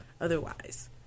otherwise